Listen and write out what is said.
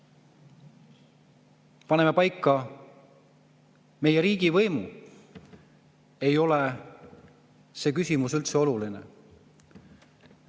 paneme paika meie riigivõimu, ei ole see küsimus üldse oluline.